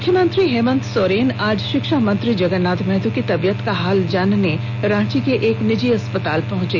मुख्यमंत्री हेमंत सोरेन आज शिक्षा मंत्री जगन्नाथ महतो की तबियत का हाल जानने रांची के एक निजी अस्पताल पहंचे